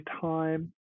time